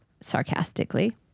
sarcastically